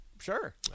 Sure